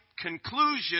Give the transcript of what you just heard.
conclusion